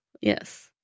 Yes